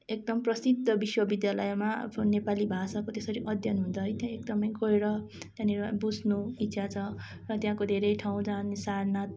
एकदम प्रसिद्ध विश्वविद्यालयमा अब नेपाली भाषाको त्यसरी अध्ययन हुँदा है त्यहाँ एकदमै गएर त्यहाँनिर बुझ्नु इच्छा छ र त्यहाँको धेरै ठाउँ जहाँनिर सारनाथ